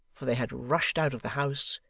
for they had rushed out of the house,